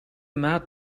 maat